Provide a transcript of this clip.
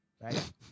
Right